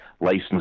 license